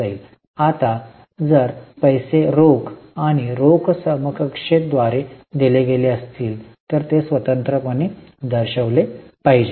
आता जर पैसे रोख आणि रोख समकक्षतेद्वारे दिले गेले असतील तर ते स्वतंत्रपणे दर्शविले पाहिजे